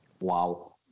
Wow